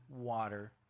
water